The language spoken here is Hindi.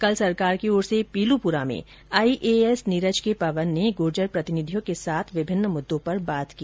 कल सरकार की ओर से पीलूपुरा में आईएएस नीरज के पवन ने गूर्जर प्रतिनिधियों के साथ विभिन्न मुददों पर बात की